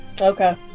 okay